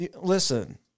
Listen